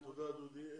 תודה דודי.